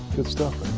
good stuff